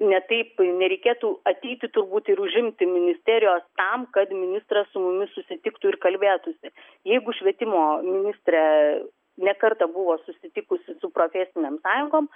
ne taip nereikėtų ateiti turbūt ir užimti ministerijos tam kad ministras susitiktų ir kalbėtųsi jeigu švietimo ministrė ne kartą buvo susitikusi su profesinėm sąjungoms